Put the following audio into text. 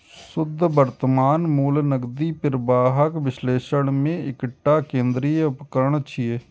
शुद्ध वर्तमान मूल्य नकदी प्रवाहक विश्लेषण मे एकटा केंद्रीय उपकरण छियै